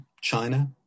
China